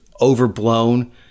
overblown